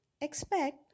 Expect